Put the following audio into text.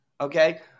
okay